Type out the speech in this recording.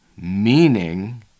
Meaning